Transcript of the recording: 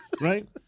Right